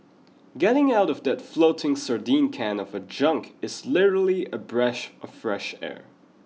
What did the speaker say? getting out of that floating sardine can of a junk is literally a breath of fresh air